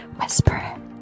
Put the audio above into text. Whisper